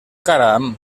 caram